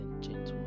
gentleman